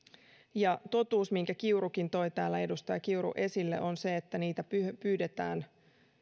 totuus minkä edustaja kiurukin toi täällä esille on se että niitä pyydetään